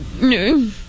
no